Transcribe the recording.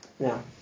Now